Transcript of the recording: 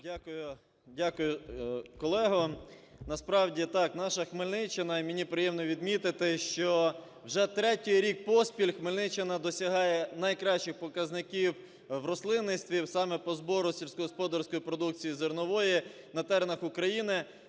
Дякую, колего. Насправді так, наша Хмельниччина, і мені приємно відмітити, що вже третій рік поспіль Хмельниччина досягає найкращих показників в рослинництві саме по збору сільськогосподарської продукції, зернової, на теренах України.